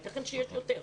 יתכן שיש יותר.